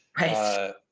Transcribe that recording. Right